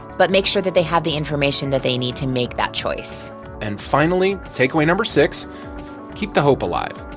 but make sure that they have the information that they need to make that choice and finally, takeaway number six keep the hope alive.